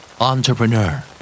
Entrepreneur